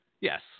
yes